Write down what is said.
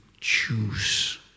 choose